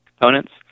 Components